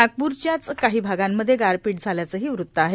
नागपूरच्याच काही भागांमध्ये गारपीठ झाल्याचंही वृत्त आहे